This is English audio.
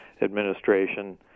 administration